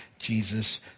Jesus